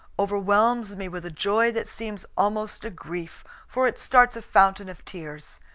overwhelms me with a joy that seems almost a grief, for it starts a fountain of tears.